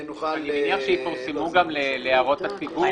אני מניח שהם יפורסמו גם להערות הציבור.